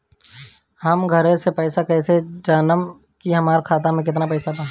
हम घरे से कैसे जानम की हमरा खाता मे केतना पैसा बा?